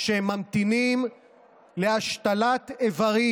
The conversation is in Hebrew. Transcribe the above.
למעלה משליש מהחולייתנים בישראל הוגדרו כמינים בסכנת הכחדה.